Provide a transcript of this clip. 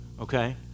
okay